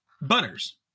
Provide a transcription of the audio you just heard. Butters